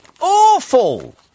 awful